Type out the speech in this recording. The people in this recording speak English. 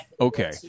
Okay